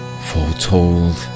foretold